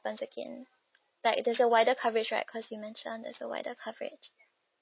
again like there's a wider coverage right cause you mention there's a wider coverage